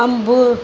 अंबु